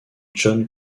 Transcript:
john